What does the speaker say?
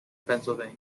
pennsylvania